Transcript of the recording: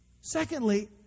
Secondly